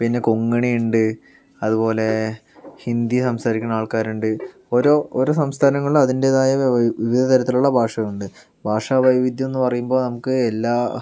പിന്നെ കൊങ്ങിണി ഉണ്ട് അതുപോലെ ഹിന്ദി സംസാരിക്കുന്ന ആൾക്കാരുണ്ട് ഓരോ ഓരോ സംസ്ഥാനങ്ങളിലും അതിൻ്റെതായ വിവിധ തരത്തിലുള്ള ഭാഷകൾ ഉണ്ട് ഭാഷ വൈവിധ്യം എന്ന് പറയുമ്പോൾ നമുക്ക് എല്ലാം